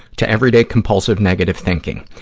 to everyday compulsive, negative thinking.